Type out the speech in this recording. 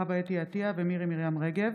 חוה אתי עטייה ומירי מרים רגב,